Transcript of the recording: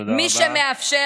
תודה רבה.